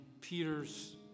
Peter's